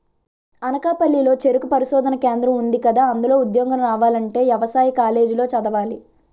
అనకాపల్లి లో చెరుకు పరిశోధనా కేంద్రం ఉందికదా, అందులో ఉద్యోగం రావాలంటే యవసాయ కాలేజీ లో చదవాలి